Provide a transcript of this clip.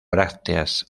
brácteas